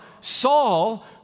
Saul